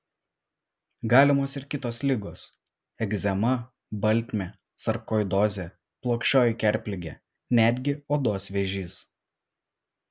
galimos ir kitos ligos egzema baltmė sarkoidozė plokščioji kerpligė netgi odos vėžys